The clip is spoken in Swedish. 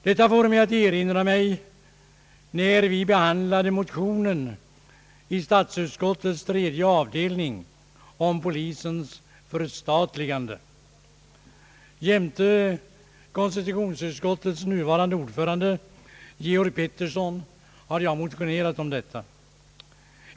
Detta påminner mig om förhållandena då vi i statsutskottets tredje avdelning behandlade en motion om polisens förstatligande. Jämte konstitutionsutskottets nuvarande ordförande herr Georg Pettersson hade jag motionerat om detta.